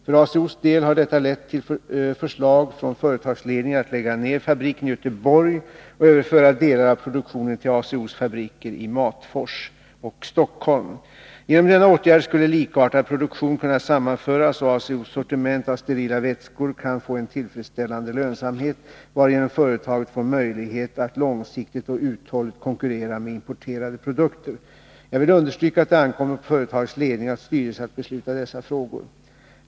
För ACO:s del har detta lett till förslag från företagsledningen om att lägga ned fabriken i Göteborg och överföra delar av produktionen till ACO:s fabriker i Matfors och Stockholm. Genom denna åtgärd skulle likartad produktion kunna sammanföras och ACO:s sortiment av sterila vätskor få en tillfredställande lönsamhet, varigenom företaget får möjlighet att långsiktigt och uthålligt konkurrera med importerade produkter. Jag vill understryka att det ankommer på företagets ledning och styrelse att besluta i dessa frågor.